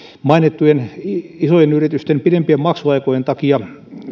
mainittujen isojen yritysten pidempien maksuaikojen takia